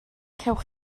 cewch